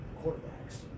quarterbacks